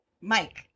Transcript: Mike